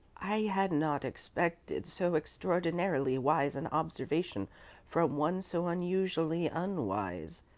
i had not expected so extraordinarily wise an observation from one so unusually unwise,